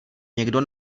někdo